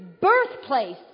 birthplace